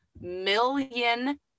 million